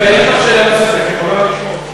רגע, יש לך שאלה נוספת, את יכולה לשאול.